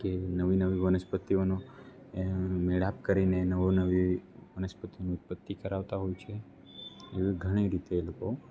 કે નવી નવી વનસ્પતિઓનો એ મેળાપ કરીને નવી નવી વનસ્પતિની ઉત્પત્તિ કરાવતા હોય છે એવી ઘણી રીતે એ લોકો